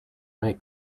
make